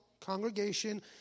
congregation